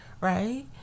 Right